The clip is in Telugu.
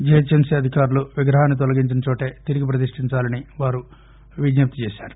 జిహెచ్ఎంసి అధికారులు విగ్రహాన్ని తొలగించిన చోటే తిరిగి ప్రతిష్టించాలని వారు విజ్ఞప్తి చేశారు